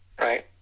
right